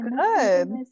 Good